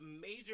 major